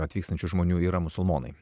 atvykstančių žmonių yra musulmonai